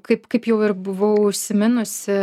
kaip kaip jau ir buvau užsiminusi